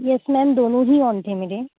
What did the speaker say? یس ma'am دونوں ہی آن تھے میرے